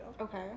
Okay